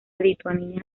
lituania